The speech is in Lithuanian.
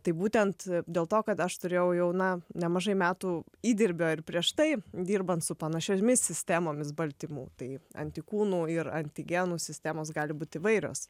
tai būtent dėl to kad aš turėjau jau na nemažai metų įdirbio ir prieš tai dirbant su panašiomis sistemomis baltymų tai antikūnų ir antigenų sistemos gali būti įvairios